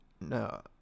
No